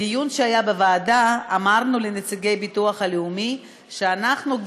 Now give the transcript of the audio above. בדיון שהיה בוועדה אמרנו לנציגי הביטוח הלאומי שאנחנו,